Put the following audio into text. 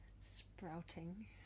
sprouting